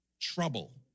trouble